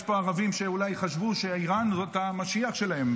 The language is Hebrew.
יש פה ערבים שאולי חשבו שאיראן היא המשיח שלהם,